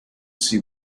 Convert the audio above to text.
see